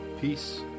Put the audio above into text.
Peace